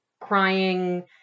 crying